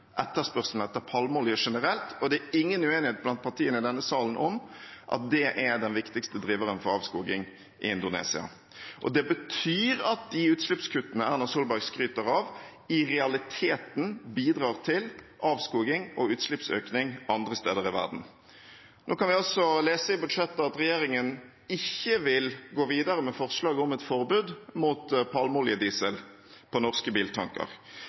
etterspørselen etter palmeolje generelt, og det er ingen uenighet blant partiene i denne salen om at det er den viktigste driveren for avskoging i Indonesia. Det betyr at de utslippskuttene Erna Solberg skryter av, i realiteten bidrar til avskoging og utslippsøkning andre steder i verden. Nå kan vi altså lese i budsjettet at regjeringen ikke vil gå videre med forslaget om et forbud mot palmeoljediesel på norske biltanker.